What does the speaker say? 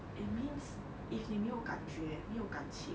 it means if 你没有感觉没有感情